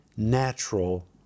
natural